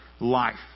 life